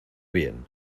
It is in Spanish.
bien